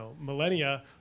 millennia